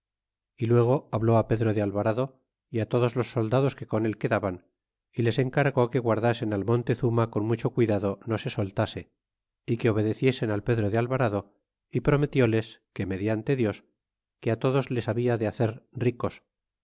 é luego habló pedro de alvarado é todos los soldados que con él quedaban é les encargó que guardasen al montezuma con mucho cuidado no se soltase é que obedeciesen al pedro de alvarado y prometióles que mediante dios que á todos les habla de hacer ricos